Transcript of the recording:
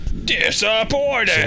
DISAPPOINTED